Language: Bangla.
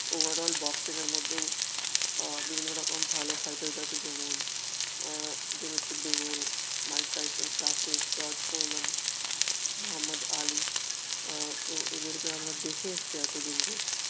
ওভারঅল বক্সিংয়ের মধ্যেও বিভিন্ন রকম ভালো ফাইটার্স আছে যেমন ডেমি ট্রিববুল Mike Tyson classic George Foreman Muhammad Ali তো এদেরকে আমরা দেখে এসেছি এতদিন ধরে